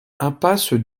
impasse